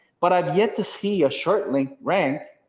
but i've yet to see a short link rank.